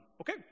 okay